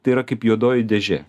tai yra kaip juodoji dėžė